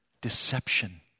Deception